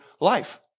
life